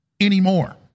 anymore